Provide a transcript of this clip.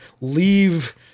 leave